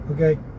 okay